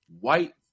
white